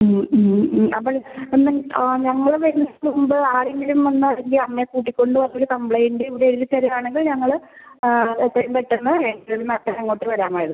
അപ്പം നിങ്ങൾ ആ ഞങ്ങൾ വരുന്നതിന് മുമ്പ് ആരെങ്കിലും വന്നറിഞ്ഞ് അമ്മയെ കൂട്ടിക്കൊണ്ട് പറഞ്ഞൊരു കംപ്ലയിൻറ്റ് എഴുതി തരുവാണെങ്കിൽ ഞങ്ങൾ എത്രയും പെട്ടെന്ന് എൻക്വയറിക്കായിട്ടങ്ങോട്ട് വരാമായിരുന്നു